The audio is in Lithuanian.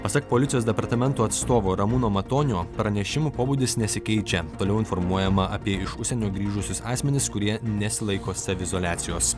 pasak policijos departamento atstovo ramūno matonio pranešimų pobūdis nesikeičia toliau informuojama apie iš užsienio grįžusius asmenis kurie nesilaiko saviizoliacijos